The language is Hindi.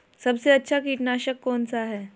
सबसे अच्छा कीटनाशक कौन सा है?